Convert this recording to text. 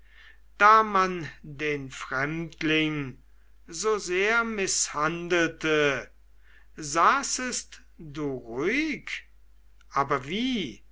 da man den fremdling so sehr mißhandelte saßest du ruhig aber wie